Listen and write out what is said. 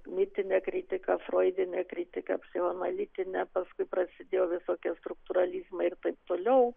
mitinė kritika froidinė kritika psichoanalitinė paskui prasidėjo visokie struktūralizmai ir taip toliau